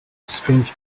strange